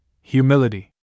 Humility